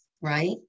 right